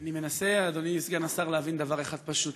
אני מנסה, אדוני סגן השר, להבין דבר אחד פשוט.